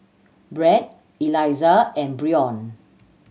Bret Eliza and Bryon